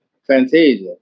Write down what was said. Fantasia